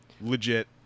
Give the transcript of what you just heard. legit